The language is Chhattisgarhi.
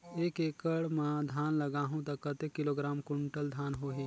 एक एकड़ मां धान लगाहु ता कतेक किलोग्राम कुंटल धान होही?